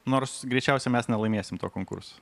nors greičiausiai mes nelaimėsim to konkurso